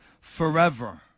forever